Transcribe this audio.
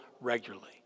regularly